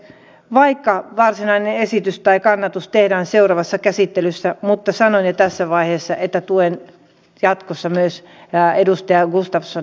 vaikka varsinainen esitys tai kannatus tehdään seuraavassa käsittelyssä niin sanon jo tässä vaiheessa että tuen jatkossa myös pääedustaja gustafsson